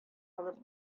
алып